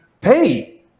pay